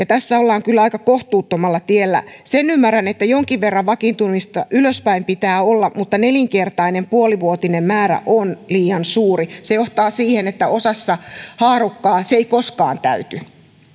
tässä ollaan kyllä aika kohtuuttomalla tiellä sen ymmärrän että jonkin verran vakiintumista ylöspäin pitää olla mutta nelinkertainen puolivuotinen määrä on liian suuri se johtaa siihen että osassa haarukkaa se ei koskaan täyty